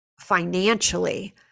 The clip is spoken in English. financially